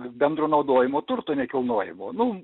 bendro naudojimo turto nekilnojamo nu